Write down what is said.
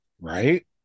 Right